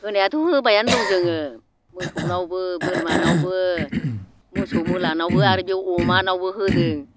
होनायाथ' होबायानो दं जोङो मोसौनावबो बोरमानावबो मोसौ मोलानावबो आरो बे अमानावबो होदों